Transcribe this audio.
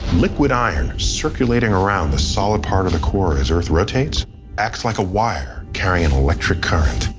liquid iron circulating around the solid part of the core as earth rotates acts like a wire carrying electric current.